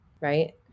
right